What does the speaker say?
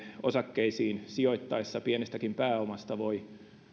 osakkeisiin sijoitettaessa pienestäkin pääomasta voi